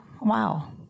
wow